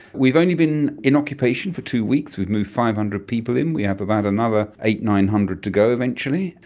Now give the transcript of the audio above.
we've only been in occupation for two weeks. we've moved five hundred people in, we have about another eight hundred, nine hundred to go eventually,